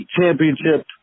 championship